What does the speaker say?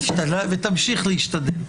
ותמשיך להשתדל.